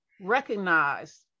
recognize